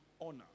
honor